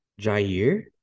Jair